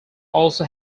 also